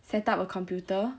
set up a computer